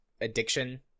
addiction